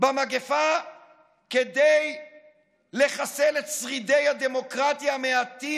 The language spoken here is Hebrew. במגפה כדי לחסל את שרידי הדמוקרטיה המעטים